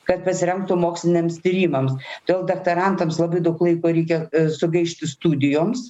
kad pasiremtų moksliniams tyrimams todėl daktarams labai daug laiko reikia sugaišti studijoms